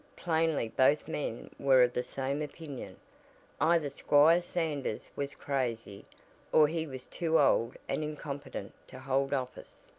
plainly both men were of the same opinion either squire sanders was crazy or he was too old and incompetent to hold office.